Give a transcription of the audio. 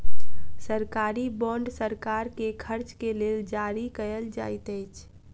सरकारी बांड सरकार के खर्च के लेल जारी कयल जाइत अछि